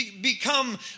become